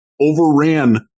overran